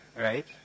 right